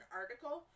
article